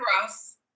Ross